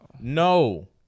No